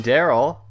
Daryl